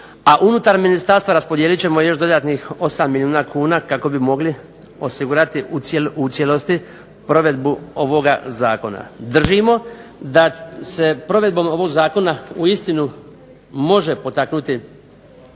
a unutar ministarstva raspodijelit ćemo još dodatnih 8 milijuna kuna kako bi mogli osigurati u cijelosti provedbu ovoga zakona. Držimo da se provedbom ovog zakona uistinu može potaknuti